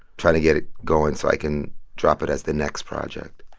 trying to get it going so i can drop it as the next project.